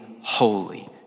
holy